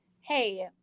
hey